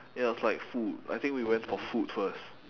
ya it was like food I think we went for food first